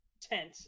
tent